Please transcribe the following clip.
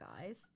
guys